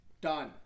Done